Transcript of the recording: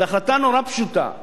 זו החלטה נורא פשוטה שאומרת: